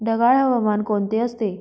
ढगाळ हवामान कोणते असते?